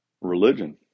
religion